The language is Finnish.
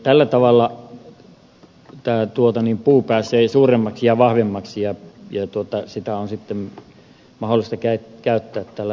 tällä tavalla puu pääsee suuremmaksi ja vahvemmaksi ja sitä on sitten mahdollista käyttää rakentamispuolella